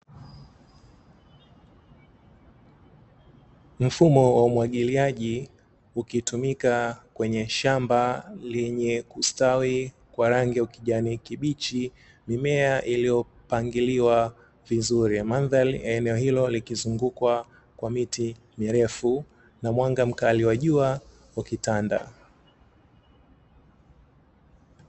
Mfumo wa umwagiliaji ukitumika kwenye shamba lenye kustawi kwa rangi ya ukijani kibichi, mimea ilipangiliwa vizuri. Mandhari ya eneo hilo likizungukwa na miti mirefu na mwanga mkali wa jua ukitanda,